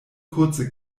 kurze